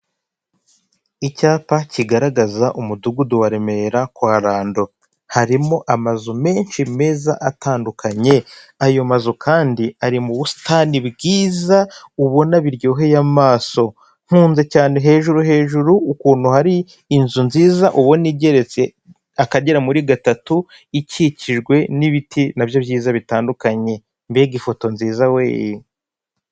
Icyapa kigaragaza umudugudu wa Remera kwa lando harimo amazu menshi meza atandukanye, ayo mazu kandi ari mu busitani bwiza ubona biryoheye amaso nkunze cyane hejuru hejuru ukuntu hari inzu nziza ubona igeretse akagera muri gatatu ikikijwe n'ibiti nabyo byiza bitandukanye, mbega ifoto nziza weee!